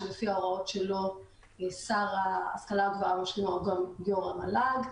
שלפי ההוראות שלו שר ההשכלה הגבוהה והמשלימה הוא גם יו"ר המל"ג.